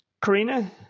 Karina